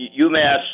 UMass